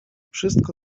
wszystko